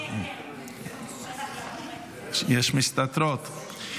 יש מסתתרות.